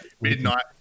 Midnight